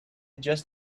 just